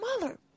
mother